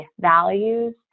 values